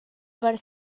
per